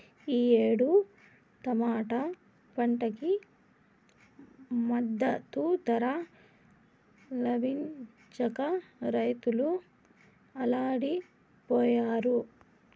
ఈ ఏడు టమాటా పంటకి మద్దతు ధర లభించక రైతులు అల్లాడిపొయ్యారు